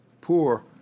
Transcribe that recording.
poor